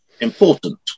important